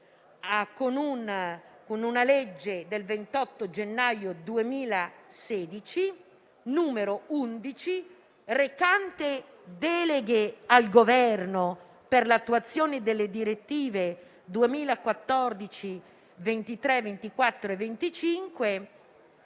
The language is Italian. con una legge del 28 gennaio 2016, la n. 11, recante deleghe al Governo per l'attuazione delle direttive nn. 23, 24 e 25